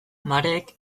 mareek